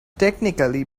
technically